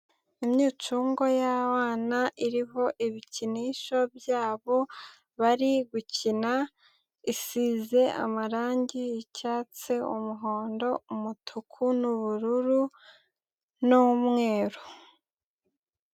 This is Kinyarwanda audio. Imyicunngo y'abana iriho ibikinisho byabo, bari gukina, isize amarangi y'icyatsi, umuhondo, umutuku, n'ubururu n'umweru.